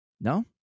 No